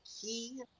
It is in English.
key